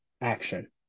action